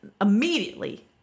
immediately